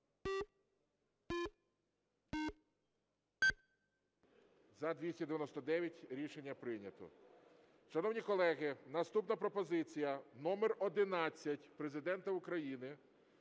За-299 Рішення прийнято. Шановні колеги, наступна пропозиція номер 11 Президента України